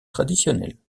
traditionnelle